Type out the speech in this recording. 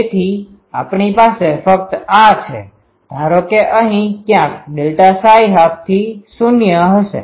તેથી આપણી પાસે ફક્ત આ છે ધારો કે અહી ક્યાંક 12થી ૦ હશે